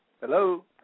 Hello